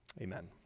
Amen